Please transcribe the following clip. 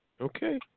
Okay